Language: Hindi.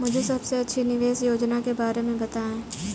मुझे सबसे अच्छी निवेश योजना के बारे में बताएँ?